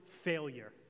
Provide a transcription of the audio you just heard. failure